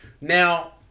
Now